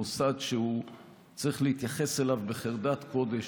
מוסד שצריך להתייחס אליו בחרדת קודש,